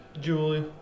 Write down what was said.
Julie